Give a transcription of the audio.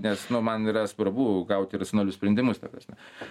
nes nu man yra svarbu gaut iracionalius sprendimus ta prasme